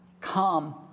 Come